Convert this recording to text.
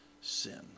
sin